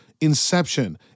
Inception